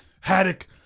haddock